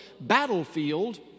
battlefield